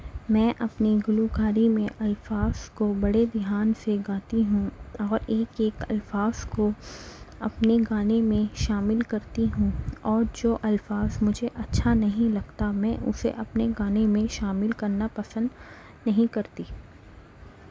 میں اپنی گلوکاری میں الفاظ کو بڑے دھیان سے گاتی ہوں اور ایک ایک الفاظ کو اپنے گانے میں شامل کرتی ہوں اور جو الفاظ مجھے اچھا نہیں لگتا میں اسے اپنے گانے میں شامل کرنا پسند نہیں کرتی